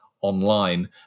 online